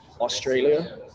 australia